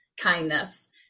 kindness